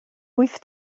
wyth